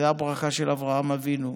זאת הברכה של אברהם אבינו.